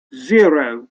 zero